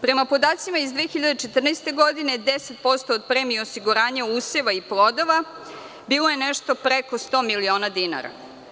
Prema podacima iz 2014. godine, 10% od premije osiguranja useva i plodova bilo je nešto preko 100 miliona dinara.